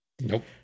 Nope